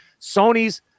Sony's